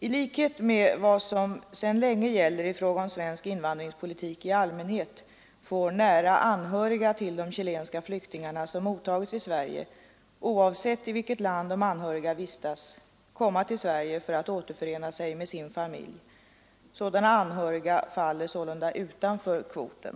I likhet med vad som sedan länge gäller i fråga om svensk invandringspolitik i allmänhet får nära anhöriga till de chilenska flyktingarna som mottagits i Sverige — oavsett i vilket land de anhöriga vistas — komma till Sverige för att återförena sig med sin familj. Sådana anhöriga faller sålunda utanför kvoten.